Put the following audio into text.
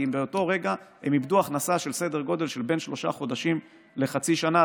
כי באותו רגע הם איבדו הכנסה בסדר גודל של בין שלושה חודשים לחצי שנה.